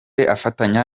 afatanya